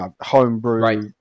Homebrew